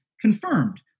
confirmed